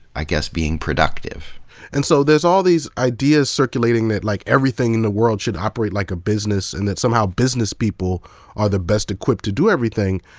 i guess, being productive. and so there's all these ideas circulating that like everything in the world should operate like a business and that somehow businesspeople are the best equipped to do everything.